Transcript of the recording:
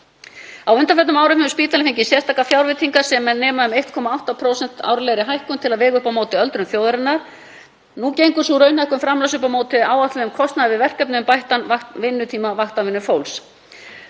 Á undanförnum árum hefur spítalinn fengið sérstakar fjárveitingar sem nema um 1,8% árlegri hækkun til að vega upp á móti öldrun þjóðarinnar. Nú gengur sú raunhækkun framlags upp á móti áætluðum kostnaði við verkefnið um bættan vinnutíma vaktavinnufólks.